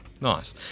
nice